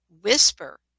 Whisper